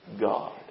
God